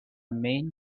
main